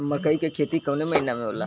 मकई क खेती कवने महीना में होला?